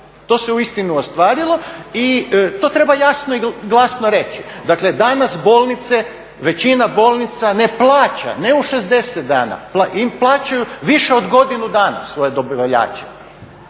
to se uistinu ostvarilo i to treba jasno i glasno reći. Dakle, danas bolnice, većina bolnica ne plaća ne u 60 dana, plaćaju više od godine dana svoje dobavljače.